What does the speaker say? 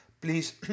please